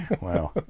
Wow